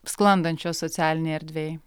sklandančios socialinėj erdvėj